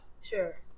Sure